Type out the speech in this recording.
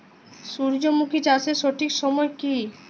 সূর্যমুখী চাষের সঠিক সময় কি?